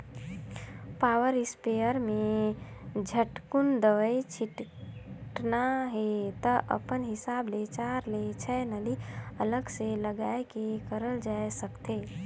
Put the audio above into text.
power sprayer में झटकुन दवई छिटना हे त अपन हिसाब ले चार ले छै नली अलग से लगाये के करल जाए सकथे